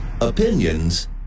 opinions